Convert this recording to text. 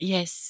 Yes